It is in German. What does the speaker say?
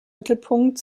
mittelpunkt